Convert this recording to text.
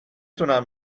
تونم